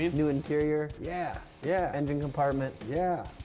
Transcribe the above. new interior. yeah, yeah. engine compartment. yeah.